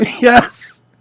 Yes